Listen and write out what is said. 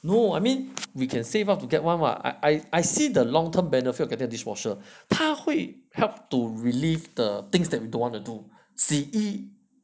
no I mean we can save up to get one ah I I see the long term benefit of getting a dishwasher 他会 help to relieve the things that we don't want to do 洗衣